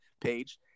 page